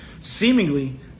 Seemingly